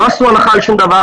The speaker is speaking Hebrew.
לא עשו הנחה על שום דבר,